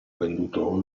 venduto